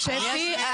שפי,